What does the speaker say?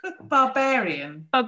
barbarian